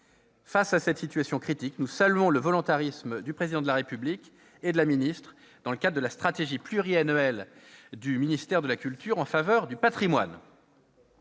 Face à cette situation critique, nous saluons le volontarisme du Président de la République et de la ministre de la culture dans le cadre de la stratégie pluriannuelle du ministère de la culture en faveur du patrimoine.